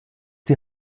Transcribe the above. die